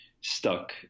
stuck